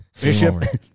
Bishop